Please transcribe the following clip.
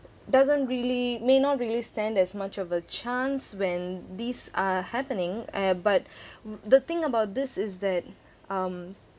doesn't really may not really stand as much of a chance when these are happening err but um the thing about this is that um